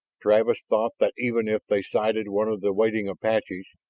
travis thought that even if they sighted one of the waiting apaches,